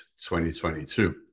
2022